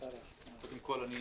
קודם כול, אני